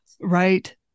Right